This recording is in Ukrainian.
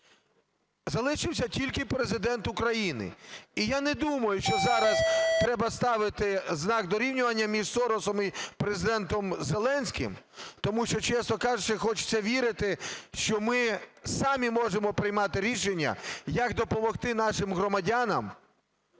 Залишився тільки Президент України. І я не думаю, що зараз треба ставити знак дорівнювання між Соросом і Президентом Зеленським, тому що, чесно кажучи, хочеться вірити, що ми самі можемо приймати рішення, як допомогти нашим громадянам